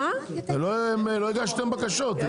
לא הגשתם בקשות.